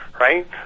right